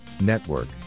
Network